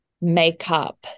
Makeup